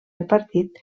repartit